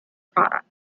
products